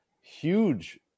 huge